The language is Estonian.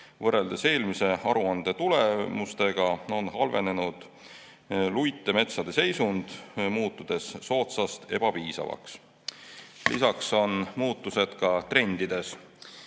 Võrreldes eelmise aruande tulemustega on halvenenud luitemetsade seisund, see on muutunud soodsast ebapiisavaks. Lisaks on muutused trendides.